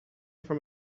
from